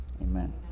amen